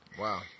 Wow